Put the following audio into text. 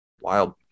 Wild